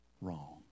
wrong